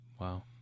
Wow